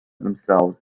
themselves